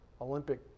Olympic